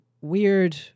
weird